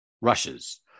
rushes